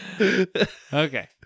Okay